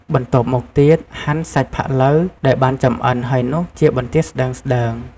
បន្ទាប់មកទៀត ហាន់ សាច់ផាក់ឡូវ ដែលបានចម្អិនហើយនោះ ជាបន្ទះស្តើងៗ។